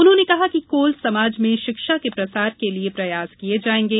उन्होंने कहा कि कोल समाज में शिक्षा के प्रसार के लिए प्रयास किए जाएंगे